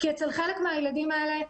אצל חלק מהילדים האלה,